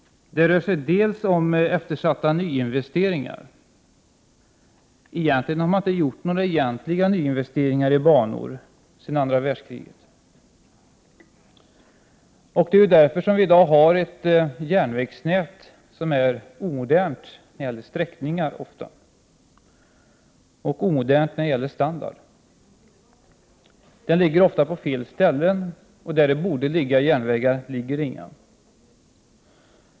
Dels rör det sig om eftersatta nyinvesteringar. Man har inte gjort några egentliga nyinvesteringar i banor sedan andra världskriget. Det är därför som vi i dag har ett järnvägsnät som ofta är omodernt när det gäller sträckningar och när det gäller standard. Järnvägen ligger ofta på fel ställen, och där det borde finnas järnväg finns det ingen.